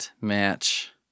match